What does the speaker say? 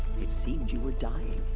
it seemed you were dying.